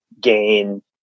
gain